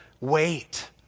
wait